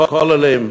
בכוללים,